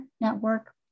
network